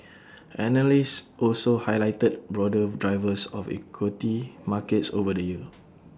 analysts also highlighted broader drivers of equity markets over the year